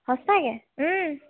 সঁচাকে